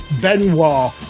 Benoit